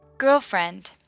Girlfriend